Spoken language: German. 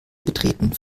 betreten